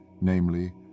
namely